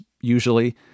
usually